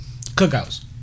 Cookouts